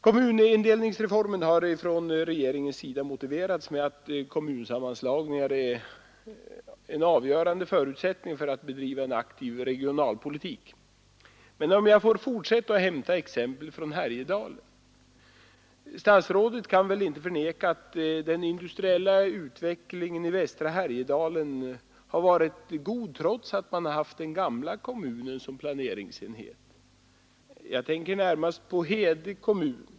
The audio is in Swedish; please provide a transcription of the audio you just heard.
Kommunindelningsreformen har från regeringens sida motiverats med att kommunsammanslagningar är en avgörande förutsättning för att bedriva en aktiv regionalpolitik. Men om jag får fortsätta att hämta exempel från Härjedalen, så kan väl statsrådet inte förneka att den industriella utvecklingen i västra Härjedalen har varit god trots att man haft den gamla kommunen som planeringsenhet. Jag tänker närmast på Hede kommun.